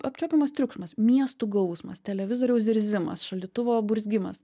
apčiuopiamas triukšmas miestų gausmas televizoriaus zirzimas šaldytuvo burzgimas